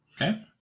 Okay